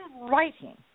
writing